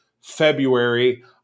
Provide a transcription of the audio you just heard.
February